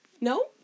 No